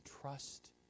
trust